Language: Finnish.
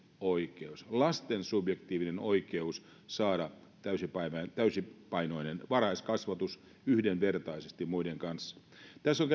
oikeus lasten subjektiivinen oikeus saada täysipainoinen täysipainoinen varhaiskasvatus yhdenvertaisesti muiden kanssa tässä on